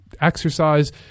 exercise